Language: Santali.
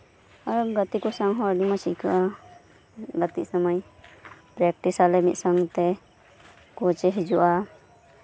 ᱜᱟᱛᱮ ᱠᱚ ᱥᱟᱶ ᱦᱚᱸ ᱟᱹᱰᱤ ᱢᱚᱸᱡ ᱟᱹᱭᱠᱟᱹᱜᱼᱟ ᱜᱟᱛᱮᱜ ᱥᱚᱢᱚᱭ ᱯᱨᱮᱠᱴᱤᱥ ᱟᱞᱮ ᱢᱤᱫ ᱥᱚᱝᱜᱮ ᱛᱮ ᱠᱳᱪ ᱮ ᱦᱤᱡᱩᱜᱼᱟ